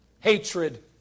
hatred